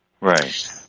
Right